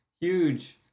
huge